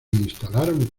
instalaron